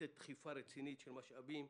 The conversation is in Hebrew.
לתת דחיפה רצינית של משאבים,